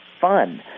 fun